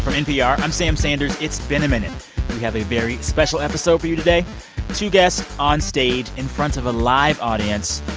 npr, i'm sam sanders. it's been a minute. we have a very special episode for you today two guests onstage in front of a live audience.